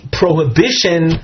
prohibition